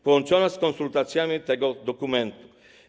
połączona z konsultacjami tego dokumentu.